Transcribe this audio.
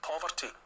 poverty